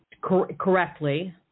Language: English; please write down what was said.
correctly